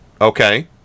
Okay